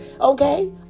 Okay